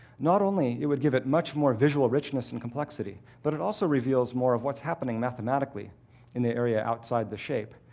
not only it would give it much more visual richness and complexity, but it also reveals more of what's happening mathematically in the area outside the shape.